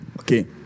Okay